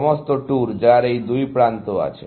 সমস্ত ট্যুর যার এই দুই প্রান্ত আছে